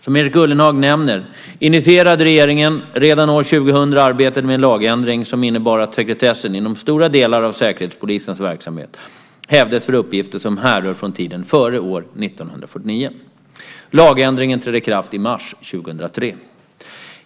Som Erik Ullenhag nämner initierade regeringen redan år 2000 arbetet med en lagändring som innebar att sekretessen inom stora delar av Säkerhetspolisens verksamhet hävdes för uppgifter som härrör från tiden före år 1949. Lagändringen trädde i kraft i mars 2003.